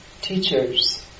teachers